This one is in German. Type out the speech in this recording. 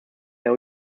der